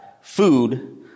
food